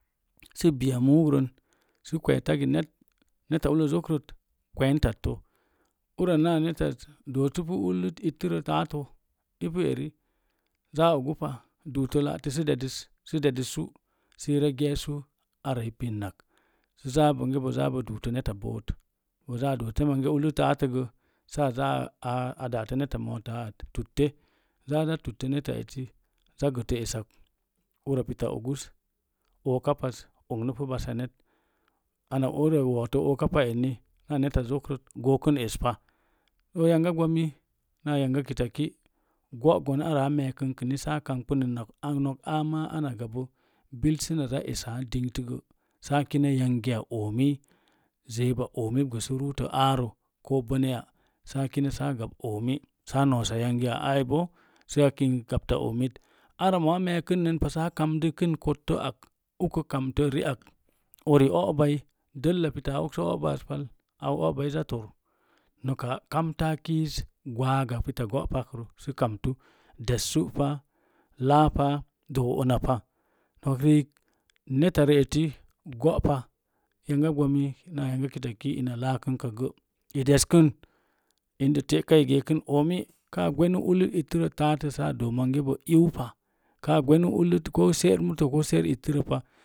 Sə bii a muug ron sə kwe̱e̱ tagi neta zokron kwentattə. Ura naa netat dootu pu ublut ittirə taatə ipu eri zaa ogu pa duuto nattə sə dediz sə dedis su. Sə i rə geesu ara i pinnak sə. Zaa do̱o̱ bongə bo duutə neta boot bo zaa a dootə mongə ublut taatə gə. Sə a zaa a daatə neta bo̱o̱t táá at tuttə zaa za tuttə neta eti, za gətə esak aka ura pita oguz o̱o̱kapa ognu basa net ana ullə wo̱o̱to o̱o̱kapa emi naa neeta zokrot go̱o̱ kun espa mo̱o̱ yanga gbami naa yanga kita ki gogon ara á meekən kini sa a kangkpin nin nak. aama ana gau bil səna zaa eta dingt gə sə a kine yangiya o̱o̱mi zeeuwa o̱o̱migə si ruuto aarəu ko̱o̱ bənaya sə a gau omi sə a no̱o̱s yangi áái sə á kink gapta o̱o̱mit ara mo̱ áá mekənpa sə a kamkpinin ak uko kamtə ri'ak uri o'bai dəlla pita aka zaa oks o'bai pal o'bai i záá to̱r no̱ka kamtàà kiiz ara pita go'pakrə des sú pa! Láápa do̱o̱ una pa. Ina laakənkə gə i deskən ində te'ka i gəəkən o̱o̱mi. Kaa gwenu ublut ittirə taatə sə a do̱o̱ bongə bo laaupa. Kaa gwenə ublut koo seer ittirə pa.